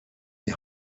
die